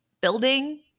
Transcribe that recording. building